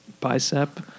bicep